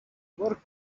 were